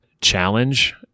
challenge